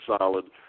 solid